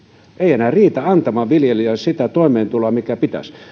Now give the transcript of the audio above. ei enää riitä antamaan viljelijälle sitä toimeentuloa mikä pitäisi